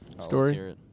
story